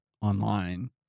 online